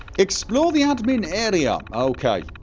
explore the admin area okay